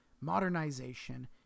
modernization